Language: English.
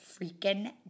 freaking